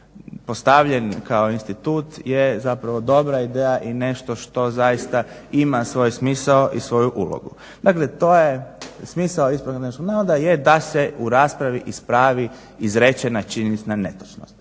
postavljen kao institut je zapravo dobra ideja i nešto što zaista ima svoj smisao i svoju ulogu. Dakle to je, smisao ispravka netočnog navoda je da se u raspravi ispravi izrečena činjenična netočnost.